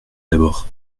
d’abord